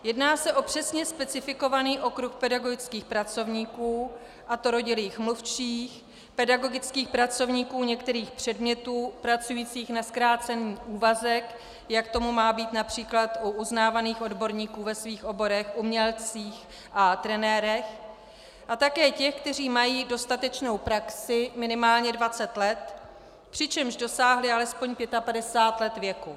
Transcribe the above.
Jedná se o přesně specifikovaný okruh pedagogických pracovníků, a to rodilých mluvčích, pedagogických pracovníků některých předmětů pracujících na zkrácený úvazek, jak tomu má být například u uznávaných odborníků ve svých oborech, umělcích a trenérech, a také těch, kteří mají dostatečnou praxi minimálně dvacet let, přičemž dosáhli alespoň 55 let věku.